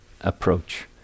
approach